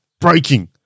Breaking